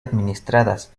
administradas